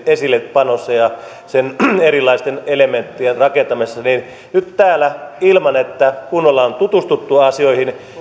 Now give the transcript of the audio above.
esillepanossa ja sen erilaisten elementtien rakentamisessa niin nyt täällä ilman että kunnolla on tutustuttu asioihin